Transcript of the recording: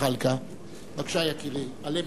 מס'